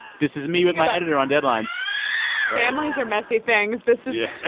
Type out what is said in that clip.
this is me with my editor on deadline families are messy things. this is